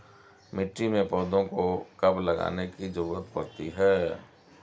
मिट्टी में पौधों को कब लगाने की ज़रूरत पड़ती है?